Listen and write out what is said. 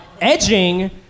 edging